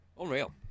Unreal